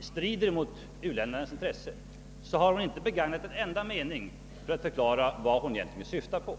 strider mot u-ländernas intressen — har fru Dahl inte med en enda mening försökt klarlägga vad hon egentligen syftar på.